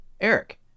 Eric